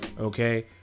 Okay